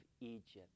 Egypt